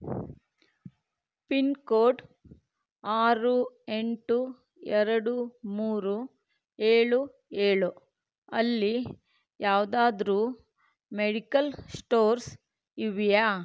pin code ಆರು ಎಂಟು ಎರಡು ಮೂರು ಏಳು ಏಳು ಅಲ್ಲಿ ಯಾವುದಾದ್ರೂ ಮೆಡಿಕಲ್ ಸ್ಟೋರ್ಸ್ ಇವೆಯಾ